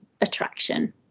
attraction